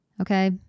Okay